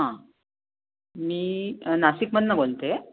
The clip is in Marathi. हां मी नाशिकमधून बोलते आहे